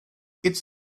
its